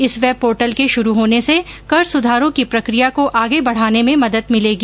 इस web portal के शुरू होने से कर सुधारों की प्रक्रिया को आगे बढाने में मदद मिलेगी